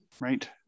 right